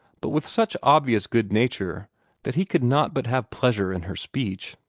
but with such obvious good-nature that he could not but have pleasure in her speech.